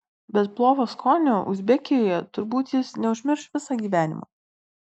bet plovo skonio uzbekijoje turbūt jis neužmirš visą gyvenimą